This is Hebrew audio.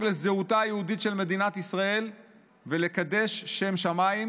לזהותה היהודית של מדינת ישראל ולקדש שם שמיים,